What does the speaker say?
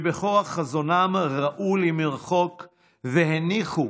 שבכוח חזונם ראו למרחוק והניחו